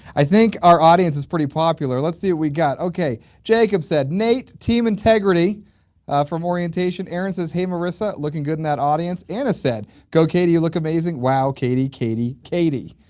i think our audience is pretty popular, let's see what we got. okay jacob said, nate team integrity from orientation, erin says hey marissa looking good in that audience! anna said, go katie you look amazing wow, katie, katie, katie!